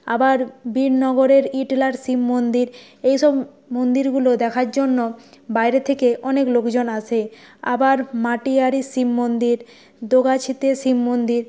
আবার বীরনগরের ইটলার শিব মন্দির এইসব মন্দিরগুলো দেখার জন্য বাইরে থেকে অনেক লোকজন আসে আবার মাটিয়ারির শিব মন্দির দোগাছিতে শিব মন্দির